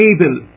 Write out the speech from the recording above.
able